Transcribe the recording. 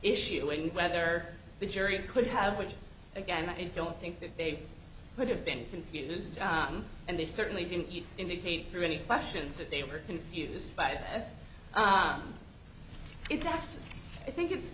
issue in whether the jury could have which again i don't think that they could have been confused and they certainly didn't indicate through any questions that they were confused by it as it gets i think it's